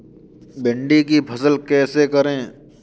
भिंडी की फसल कैसे करें?